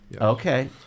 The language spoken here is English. Okay